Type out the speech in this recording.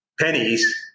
pennies